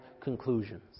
conclusions